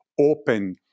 open